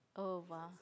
oh must